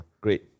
Great